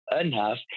enough